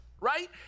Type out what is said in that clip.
right